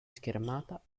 schermata